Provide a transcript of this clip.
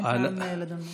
אין טעם לדון בו.